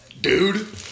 dude